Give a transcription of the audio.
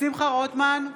שמחה רוטמן,